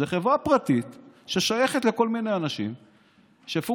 זאת חברה פרטית ששייכת לכל מיני אנשים שהפונקציה,